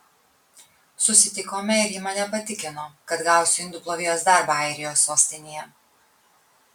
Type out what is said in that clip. susitikome ir ji mane patikino kad gausiu indų plovėjos darbą airijos sostinėje